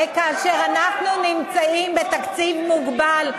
וכאשר אנחנו נמצאים בתקציב מוגבל,